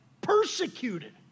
Persecuted